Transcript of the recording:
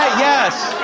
ah yes!